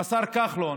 עם השר כחלון,